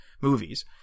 Movies